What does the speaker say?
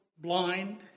blind